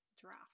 draft